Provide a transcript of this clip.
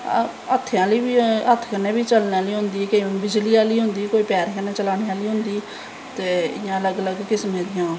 हत्थ कन्नैं बी चलनें आह्ली होंदी केंई बिजली आह्ली होंदी कोई पैरें कन्नै चलाने आह्ली होंदी ते इयां अलग अलग किस्में दियां